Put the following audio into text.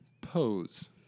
Pose